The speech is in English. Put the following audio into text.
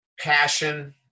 Passion